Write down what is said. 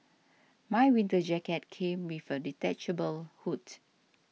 my winter jacket came with a detachable hood